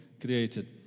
created